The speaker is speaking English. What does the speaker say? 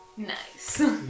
Nice